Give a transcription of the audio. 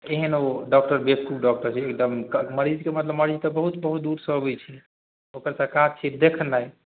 एहन ओ डॉकटर बेक़ूफ डॉकटर छै एकदम मरीजके मतलब मरीज तऽ बहुत बहुत दूरसँ अबै छै ओकर तऽ काज छै देखनाइ